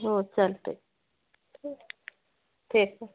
हो चलत आहे ठीक आहे